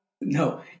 No